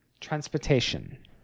Transportation